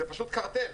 זה פשוט קרטל.